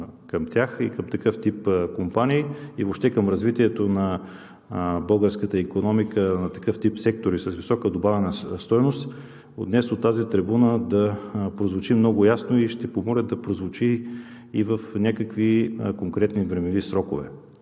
към тях и към такъв тип компании, и въобще към развитието на българската икономиката на такъв тип сектори с висока добавена стойност, а днес от тази трибуна да прозвучи много ясно и ще помоля да прозвучи и в някакви конкретни времеви срокове.